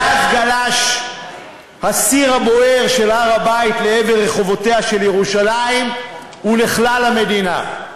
מאז גלש הסיר הבוער של הר-הבית לעבר רחובותיה של ירושלים ולכלל המדינה,